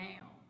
now